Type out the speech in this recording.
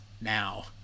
now